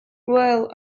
well